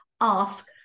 Ask